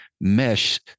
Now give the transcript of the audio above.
mesh